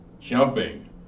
jumping